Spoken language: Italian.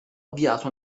avviato